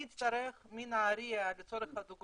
אני אצטרך להגיע מנהריה, לצורך הדוגמה,